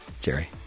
Jerry